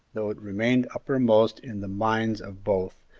though it remained uppermost in the minds of both,